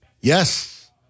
Yes